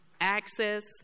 access